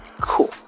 Cool